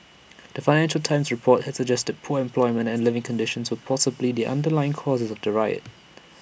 the financial times report had suggested poor employment and living conditions were possibly the underlying causes of the riot